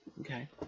Okay